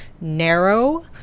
narrow